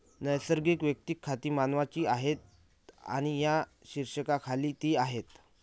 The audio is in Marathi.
नैसर्गिक वैयक्तिक खाती मानवांची आहेत आणि या शीर्षकाखाली ती आहेत